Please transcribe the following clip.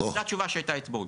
זאת התשובה שהייתה אתמול.